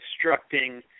constructing